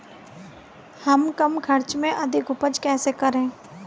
हम कम खर्च में अधिक उपज कैसे करें?